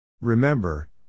Remember